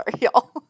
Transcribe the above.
y'all